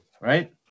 right